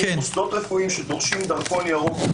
מוסדות רפואיים שדורשים דרכון ירוק או